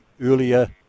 earlier